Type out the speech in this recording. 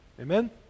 Amen